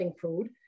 food